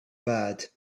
bad